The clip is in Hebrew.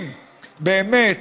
אם באמת